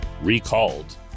recalled